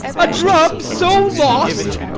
a drum so lost!